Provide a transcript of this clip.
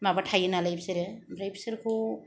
माबा थायो नालाय बिसोरो ओमफ्राय बिसोरखौ